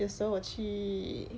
有时候我去